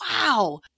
wow